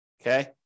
Okay